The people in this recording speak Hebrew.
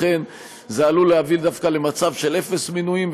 וזה עלול להביא דווקא למצב של אפס מינויים,